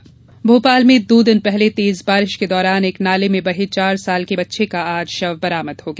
शव बरामद भोपाल में दो दिन पहले तेज बारिश के दौरान एक नाले में बहे चार साल के मासूम बच्चे का आज शव बरामद हो गया